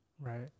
Right